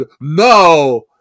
no